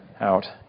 out